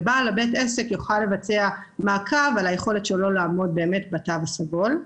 בעל בית העסק יוכל באמצעות זה לבצע מעקב על היכולת שלו לעמוד בתו הסגול.